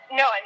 no